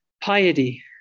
Piety